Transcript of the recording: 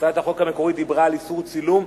הצעת החוק המקורית דיברה על איסור צילום.